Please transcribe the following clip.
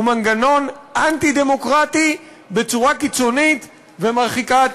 הוא מנגנון אנטי-דמוקרטי בצורה קיצונית ומרחיקת